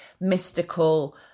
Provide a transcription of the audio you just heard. mystical